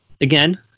again